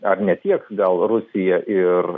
ar ne tiek gal rusija ir